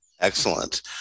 Excellent